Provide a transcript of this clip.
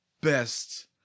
best